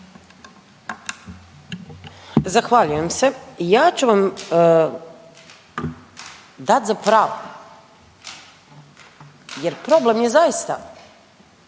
Zahvaljujem se. Ja ću vam dat za pravo jer problem je zaista